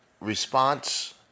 response